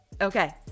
Okay